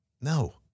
No